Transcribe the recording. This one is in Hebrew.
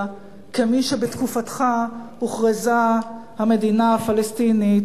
כמי שבתקופתך הוכרזה המדינה הפלסטינית,